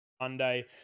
Monday